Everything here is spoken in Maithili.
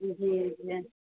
जी जी